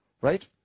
Right